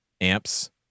amps